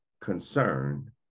concern